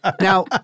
Now